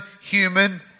human